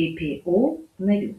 ppo narių